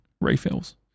refills